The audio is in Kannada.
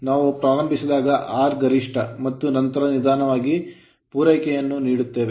ನಾವು ಪ್ರಾರಂಭಿಸಿದಾಗ R ಗರಿಷ್ಠ ಮತ್ತು ನಂತರ ನಿಧಾನವಾಗಿ ನಾವು ಪೂರೈಕೆಯನ್ನು ನೀಡುತ್ತೇವೆ